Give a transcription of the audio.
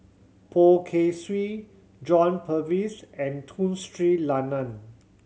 Poh Kay Swee John Purvis and Tun Sri Lanang